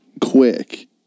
quick